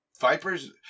vipers